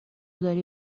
داری